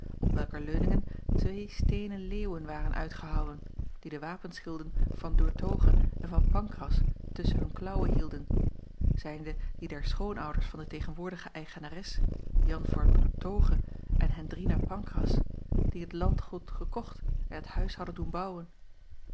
op welker leuningen twee steenen leeuwen waren uitgehouwen die de wapenschilden van oertoghe en van ancras tusschen hun klaauwen hielden zijnde die der schoonouders van de tegenwoordige eigenares an van oertoghe en endrina ancras die t landgoed gekocht en t huis hadden doen bouwen